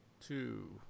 Two